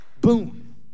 Boom